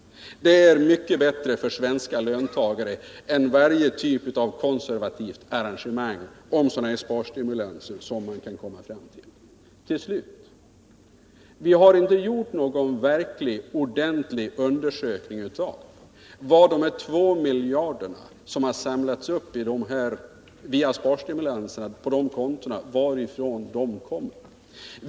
Det är mycket bättre för svenska löntagare än varje typ av konservativt arrangemang med sådana här sparstimulanser. Till slut: Vi har inte gjort någon verkligt ordentlig undersökning av varifrån de här 2 miljarderna kommer som har samlats upp på dessa konton.